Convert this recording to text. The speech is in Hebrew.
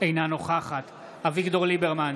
אינה נוכחת אביגדור ליברמן,